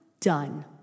done